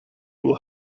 will